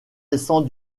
descend